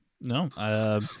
No